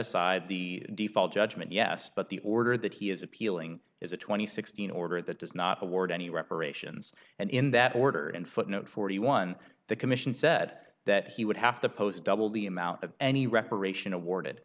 aside the default judgment yes but the order that he is appealing is a two thousand and sixteen order that does not award any reparations and in that order and footnote forty one the commission said that he would have to post double the amount of any reparation awarded